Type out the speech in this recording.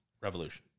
Revolution